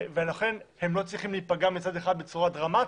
לכן הם לא צריכים להיפגע, מצד אחד, בצורה דרמטית,